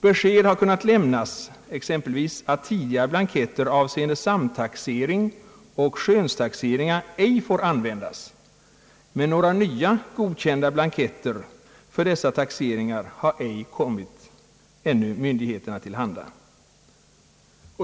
Besked har kunnat lämnas exempelvis om att tidigare blanketter, avseende samtaxering och skönstaxering, ej får an vändas, men några nya godkända blanketter för dessa taxeringar har ännu ej kommit myndigheterna till handa.